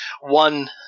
one